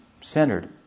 centered